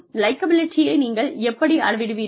லைக்கபிலிட்டியை நீங்கள் எப்படி அளவிடுவீர்கள்